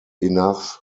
enough